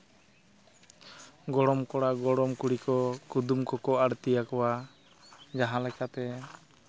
ᱜᱚᱲᱚᱢ ᱠᱚᱲᱟ ᱜᱚᱲᱚᱢ ᱠᱩᱲᱤ ᱠᱚ ᱠᱩᱫᱩᱢ ᱠᱚᱠᱚ ᱟᱬᱛᱤᱭᱟᱠᱚᱣᱟ ᱡᱟᱦᱟᱸᱞᱮᱠᱟ ᱛᱮ